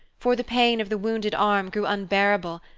for the pain of the wounded arm grew unbearable,